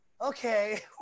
Okay